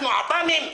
אנחנו עב"מים?